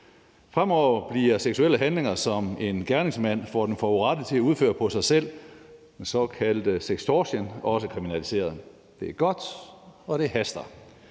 Fremover bliver seksuelle handlinger, som en gerningsmand får den forurettede til at udføre på sig selv, den såkaldte sextortion, også kriminaliseret. Det er godt, og det haster.